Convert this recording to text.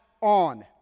on